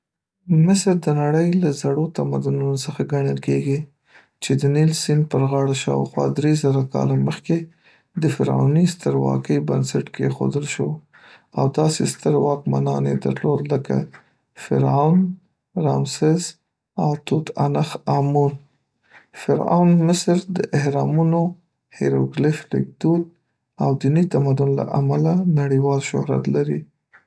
مصر د نړۍ له زړو تمدنونو څخه ګڼل کېږي، چې د نیل سیند پر غاړه شاوخوا دري زره کاله مخکې د فرعوني سترواکۍ بنسټ کېښودل شو، او داسې ستر واکمنان یې درلودل لکه فرعون رامسس او توت‌عنخ‌آمون. فرعون مصر د اهرا‌مونو، هیروګلیف لیکدود، او دیني تمدن له امله نړیوال شهرت لري